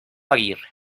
aguirre